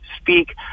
speak